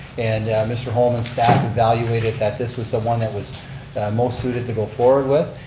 and mr. holman's staff evaluated that this was the one that was the most suited to go forward with.